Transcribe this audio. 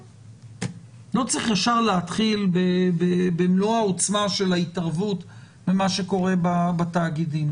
לא צריך ישר להתחיל במלוא העוצמה של ההתערבות במה שקורה בתאגידים.